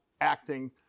acting